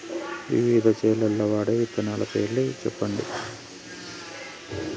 వివిధ చేలల్ల వాడే విత్తనాల పేర్లు చెప్పండి?